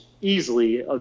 easily